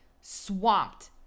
swamped